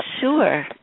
Sure